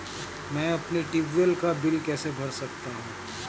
मैं अपने ट्यूबवेल का बिल कैसे भर सकता हूँ?